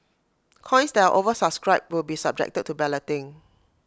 coins that are oversubscribed will be subjected to balloting